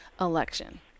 election